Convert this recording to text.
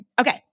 Okay